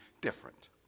different